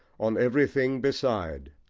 on everything beside.